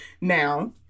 Now